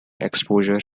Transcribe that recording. exposure